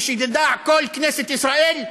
ושתדע כל כנסת ישראל,